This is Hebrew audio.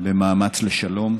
במאמץ לשלום,